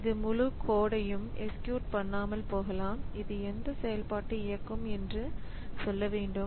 இது முழு கோடையும் எக்ஸ்க்யூட் பண்ணாமல் போகலாம் இது எந்த செயல்பாட்டை இயக்கும் என்று சொல்லுங்கள்